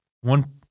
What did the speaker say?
one